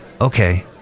okay